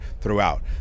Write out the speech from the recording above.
throughout